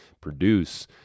produce